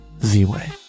Z-Way